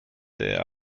there